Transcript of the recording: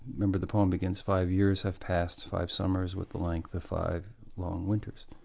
remember the poem begins five years have passed five summers with the length of five long winters,